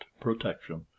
protection